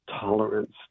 tolerance